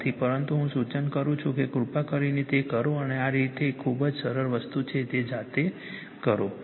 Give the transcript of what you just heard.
પરંતુ હું સૂચન કરું છું કે કૃપા કરીને તે કરો અને આ એક ખૂબ જ સરળ વસ્તુ છે તે જાતે કરો